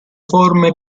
forme